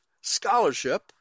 scholarship